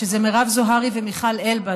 מרב זוהרי ומיכל אלבז,